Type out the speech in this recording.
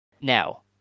Now